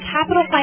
Capital